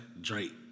Drake